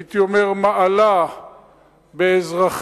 הייתי אומר "מעלה באזרחיה",